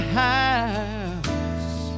house